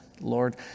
Lord